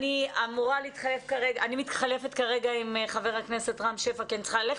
אני מתחלפת כרגע עם חבר הכנסת רם שפע כי אני צריכה ללכת.